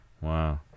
wow